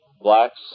blacks